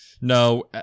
No